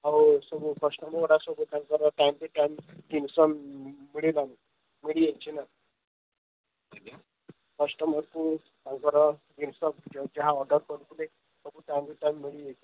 ହଉ ସବୁ କଷ୍ଟମର୍ଗୁଡ଼ା ସବୁ ତାଙ୍କର ଟାଇମ୍ ଟୁ ଟାଇମ୍ ଜିନିଷ ମିଳିଲାନି ମିଲିଯାଇଛି ନା ଆଜ୍ଞା କଷ୍ଟମର୍କୁ ତାଙ୍କର ଜିନିଷ ଯାହା ଅର୍ଡର୍ କରିଥିଲେ ସବୁ ଟାଇମ୍ ଟୁ ଟାଇମ୍ ମିଳିଯାଇଛି ନା